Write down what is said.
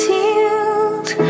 Sealed